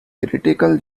critical